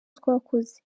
twakoze